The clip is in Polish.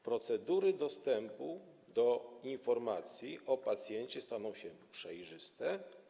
Procedury dostępu do informacji o pacjencie staną się przejrzyste.